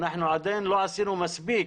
עדיין לא עשינו מספיק,